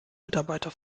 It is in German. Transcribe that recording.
mitarbeiter